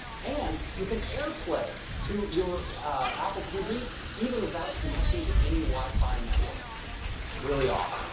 and you can airplay to your apple tv even without connecting to any wi-fi network. it's really awesome.